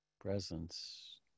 presence